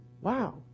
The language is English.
wow